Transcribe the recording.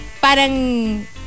parang